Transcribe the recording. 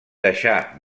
deixà